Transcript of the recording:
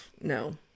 No